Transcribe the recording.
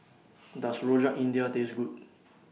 Does Rojak India Taste Good